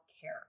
care